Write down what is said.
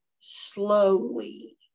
slowly